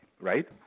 right